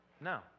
No